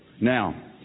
Now